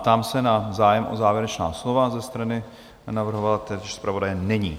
Ptám se na zájem o závěrečná slova ze strany navrhovatele či zpravodaje není.